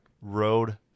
road